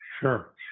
sure